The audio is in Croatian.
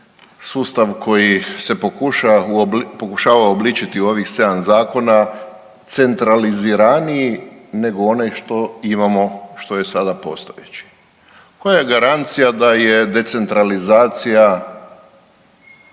sustav koji se pokušava uobličiti u ovih 7 zakona centraliziraniji nego onaj što imamo, što je sada postojeći. Koja je garancija da je decentralizacija